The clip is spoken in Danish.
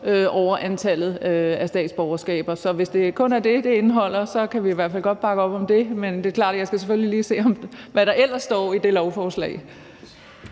over antallet af statsborgerskaber. Så hvis det kun er det, det indeholder, kan vi i hvert fald godt bakke op om det, men det er klart, at jeg selvfølgelig lige skal se, hvad der ellers står i det forslag.